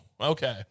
Okay